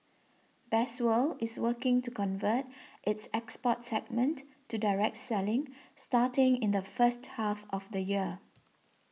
best world is working to convert its export segment to direct selling starting in the first half of the year